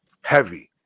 heavy